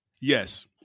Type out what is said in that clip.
Yes